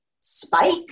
spike